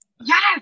Yes